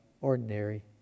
ordinary